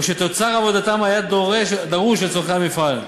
או שתוצר עבודתם היה דרוש לצורכי המפעל.